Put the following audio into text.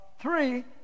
Three